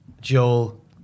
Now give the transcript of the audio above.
Joel